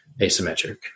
asymmetric